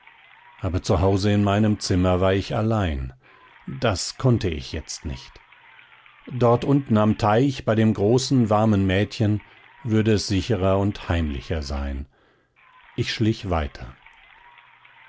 aber zu hause in meinem zimmer war ich allein das konnte ich jetzt nicht dort unten am teich bei dem großen warmen mädchen würde es sicherer und heimlicher sein ich schlich weiter